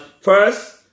first